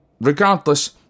Regardless